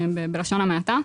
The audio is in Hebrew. בלשון המעטה,